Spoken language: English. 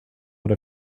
what